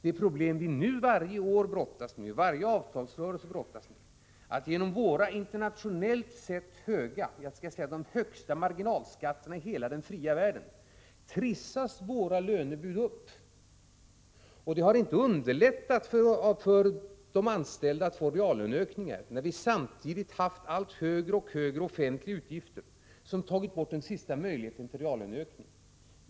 Det problem som vi nu brottas med i varje avtalsrörelse är att lönebuden trissas upp genom att vi i Sverige har de högsta marginalskatterna i den fria världen. Det har inte heller underlättat för de anställda att få reallöneökningar att de offentliga utgifterna samtidigt har blivit högre och högre, vilket har tagit bort den sista möjligheten till en reallöneökning.